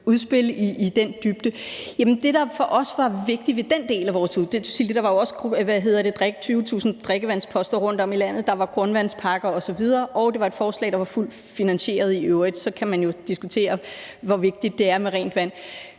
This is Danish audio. har læst vores udspil i den dybde. Det gik jo også ud på 20.000 drikkevandsposter rundtom i landet, der var grundvandsparker osv., og det var i øvrigt et forslag, der var fuldt finansieret. Så kan man jo diskutere, hvor vigtigt det er med rent vand.